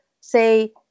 say